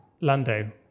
Lando